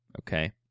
Okay